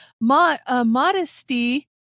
Modesty